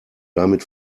damit